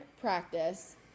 practice